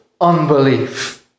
unbelief